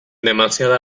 demasiada